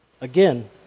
Again